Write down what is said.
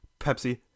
pepsi